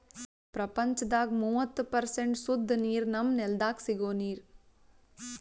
ಪ್ರಪಂಚದಾಗ್ ಮೂವತ್ತು ಪರ್ಸೆಂಟ್ ಸುದ್ದ ನೀರ್ ನಮ್ಮ್ ನೆಲ್ದಾಗ ಸಿಗೋ ನೀರ್